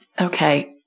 okay